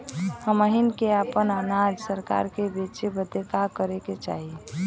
हमनी के आपन अनाज सरकार के बेचे बदे का करे के चाही?